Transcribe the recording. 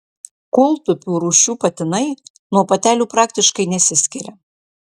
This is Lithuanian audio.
kūltupių rūšių patinai nuo patelių praktiškai nesiskiria